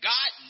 God